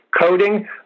coding